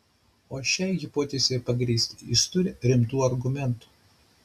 ir šiai hipotezei pagrįsti jis turi rimtų argumentų